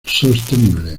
sostenible